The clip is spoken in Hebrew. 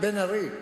בן-ארי,